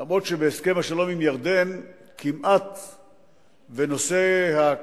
למרות שבהסכם השלום עם ירדן נושא הקרקע,